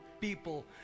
people